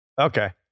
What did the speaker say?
Okay